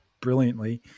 brilliantly